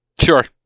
Sure